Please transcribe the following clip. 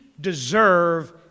deserve